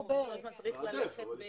וכל הזמן צריך ללכת לפתרונות --- מתעדף,